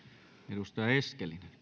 arvoisa